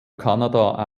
kanada